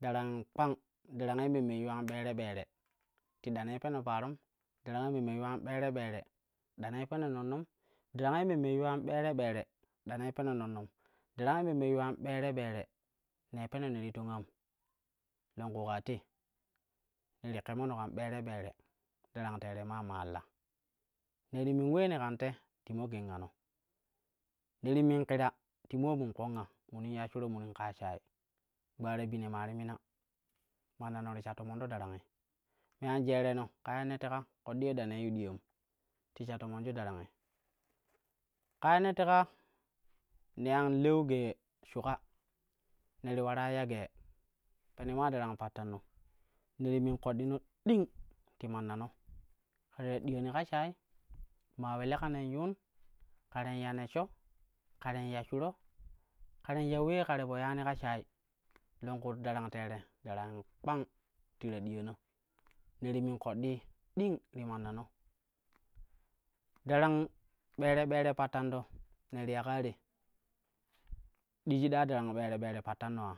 Darangin kpang, darang ye memme yuwan ɓere ɓere tida nei peno parom, darang ye memme yuwan ɓere ɓere tiɗa nei peno nonnonu, darang ye menme yuwan ɓere ɓere tida nei peno nonnonu, darang ye memme yuwan ɓere ɓere nei peno neti tongam longku kaa te ne ti kemono ka ɓere ɓere darang teere maa maalla. Ne ti min ulee ne kam te ti mo gangano, ne ti min kira ti mo min kponga munin ya shuro munin kaa shayi, gbara bi ne maa ti mina mannano ti sha tomanto darangi. Me an jereno kaa ye ne teka ƙoɗɗi ye da neui yu diyan to sha tomonju darangi. Me an jereno kaa ye ne teka ƙoɗɗi ye da nei yu diyan ti sha tomanju darangi. Ka ye ne teka nee an leu gee shuƙa ne ti ularai ya gee pene maa darang pattano ne ti min ƙoɗɗino ding ti mannano kare ta ɗiyani ka shayi, maa ule leka nen yuun, karen ya neshsho, karen ya shuro, karen ya wee kare po yani ka shayi longku datang teeri darangi kpang ti ta diyana ne ti min ƙoɗɗii ding ti mannano. Darang ɓere ɓere pattanto ne ti ya kaa te ɗigi ɗa darang ɓere ɓere pattanoa